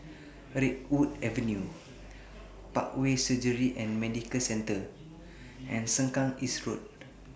Redwood Avenue Parkway Surgery and Medical Centre and Sengkang East Road